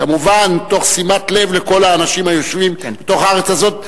כמובן תוך שימת לב לכל האנשים היושבים בתוך הארץ הזאת,